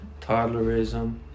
toddlerism